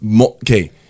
okay